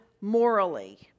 morally